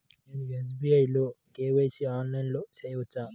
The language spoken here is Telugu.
నేను ఎస్.బీ.ఐ లో కే.వై.సి ఆన్లైన్లో చేయవచ్చా?